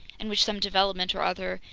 and which some development or other,